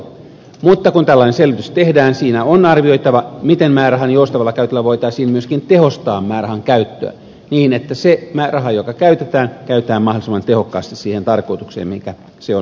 mutta kun tällainen selvitys tehdään siinä on arvioitava miten määrärahan joustavalla käytöllä voitaisiin myöskin tehostaa määrärahan käyttöä niin että se määräraha joka käytetään käytetään mahdollisimman tehokkaasti siihen tarkoitukseen mihinkä se on myönnetty